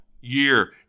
year